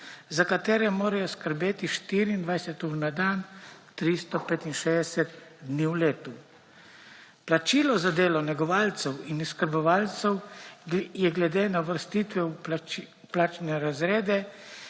za katere morajo skrbeti 24 ur na dan, 365 dni v letu. Plačilo za delo negovalcev in oskrbovalcev je glede na uvrstitve v plačne razrede,